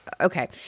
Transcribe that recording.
Okay